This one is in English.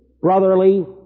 brotherly